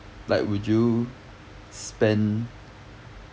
like would you spend